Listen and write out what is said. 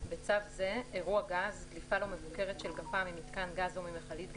בצו זה - "אירוע גז" - דליפה לא מבוקרת של גפ"מ ממתקן גז או ממכלית גז,